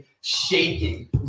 shaking